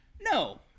No